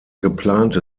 geplante